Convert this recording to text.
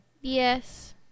Yes